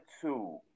two